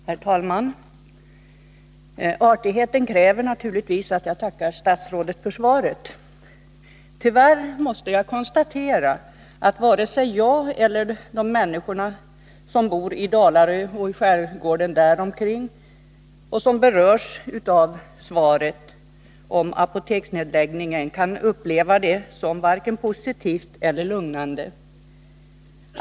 Herr talman! Artigheten kräver naturligtvis att jag tackar statsrådet för svaret. Tyvärr måste jag konstatera att varken jag eller de människor som bor i Dalarö och i skärgården däromkring och berörs av svaret om apoteksnedläggningen kan uppleva det som vare sig positivt eller lugnande.